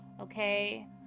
Okay